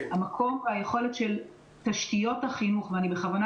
המקום והיכולת של תשתיות החינוך אני בכוונה